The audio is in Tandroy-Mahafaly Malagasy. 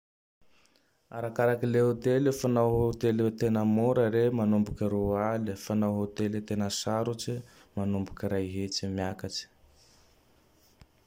Arakaka le hôtely fa nao hotely tena mora rehe manomboky Roa aly. Fa nao hôtely tena sarotse, manomboke Ray hetsy miakatsy.